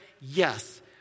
Yes